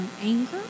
anger